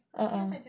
uh